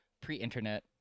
pre-internet